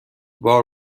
بار